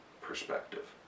perspective